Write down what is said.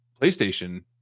PlayStation